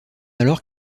alors